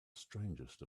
strangest